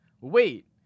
Wait